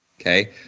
okay